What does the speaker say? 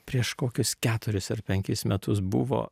prieš kokius keturis ar penkis metus buvo